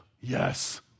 Yes